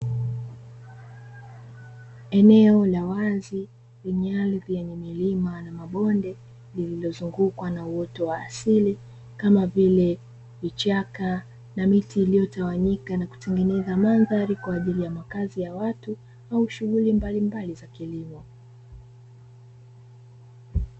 Eneo la wazi lenye ardhi yenye milima na mabonde, lililozungukwa na uoto wa asili, kama vile vichaka na miti iliyotawanyika na kutengeneza mandhari kwa ajili ya makazi ya watu au shughuli mbalimbali za kilimo.